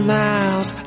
miles